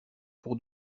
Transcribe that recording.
pour